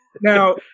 Now